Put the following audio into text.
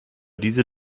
diese